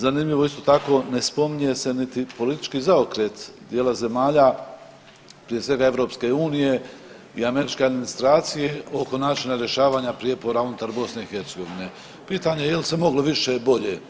Zanimljivo je isto tako ne spominje se niti politički zaokret dijela zemalja prije svega EU i američke administracije oko načina rješavanja prijepora unutar BiH, pitanje je jel se moglo više i bolje?